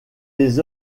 les